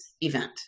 event